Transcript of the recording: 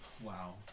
wow